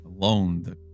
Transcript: alone